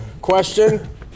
question